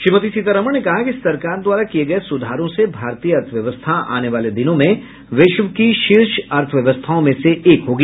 श्रीमती सीतारामन ने कहा कि सरकर द्वारा किये गये सुधारों से भारतीय अर्थव्यवस्था आने वाले दिनों में विश्व की शीर्ष अर्थव्यवस्थाओं में से एक होगी